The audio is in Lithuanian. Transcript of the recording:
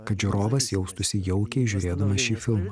kad žiūrovas jaustųsi jaukiai žiūrėdamas šį filmą